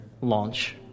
launch